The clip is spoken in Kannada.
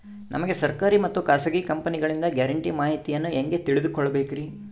ನಮಗೆ ಸರ್ಕಾರಿ ಮತ್ತು ಖಾಸಗಿ ಕಂಪನಿಗಳಿಂದ ಗ್ಯಾರಂಟಿ ಮಾಹಿತಿಯನ್ನು ಹೆಂಗೆ ತಿಳಿದುಕೊಳ್ಳಬೇಕ್ರಿ?